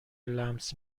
لمس